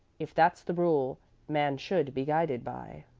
if that's the rule man should be guided by.